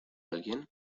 alguien